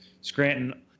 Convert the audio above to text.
Scranton